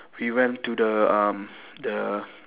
we went to the uh the